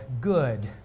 good